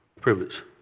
Privilege